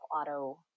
auto